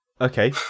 Okay